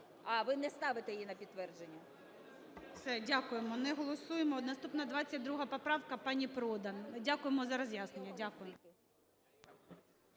А, ви не ставите її на підтвердження. ГОЛОВУЮЧИЙ. Все. Дякуємо. Не голосуємо. Наступна - 22 поправка пані Продан. Дякуємо за роз'яснення. Дякуємо.